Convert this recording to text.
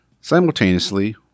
Simultaneously